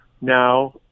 now